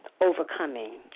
overcoming